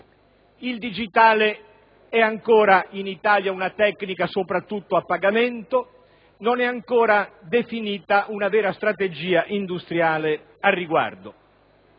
il digitale è ancora una tecnica soprattutto a pagamento e non è ancora definita una vera strategia industriale al riguardo.